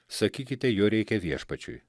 sakykite jo reikia viešpačiui